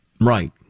Right